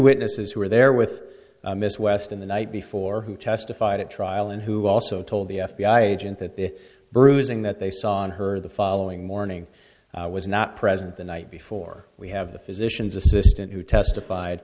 witnesses who were there with miss west in the night before who testified at trial and who also told the f b i agent that the bruising that they saw on her the following morning was not present the night before we have the physician's assistant who testified